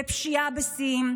בפשיעה בשיאים,